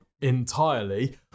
entirely